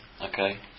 Okay